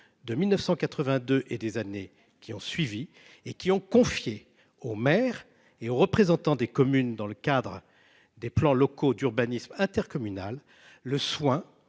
De 1982 et des années qui ont suivi et qui ont confié aux maires et aux représentants des communes dans le cadre des plans locaux d'urbanisme intercommunal le soin